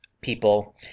people